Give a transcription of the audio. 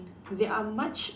that are much